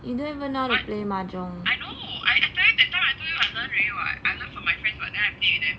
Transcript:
you don't even know how to play mahjong